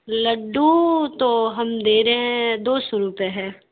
لڈو تو ہم دے رہے ہیں دو سو روپے ہے